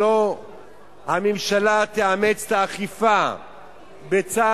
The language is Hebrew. אם הממשלה לא תאמץ את האכיפה בצד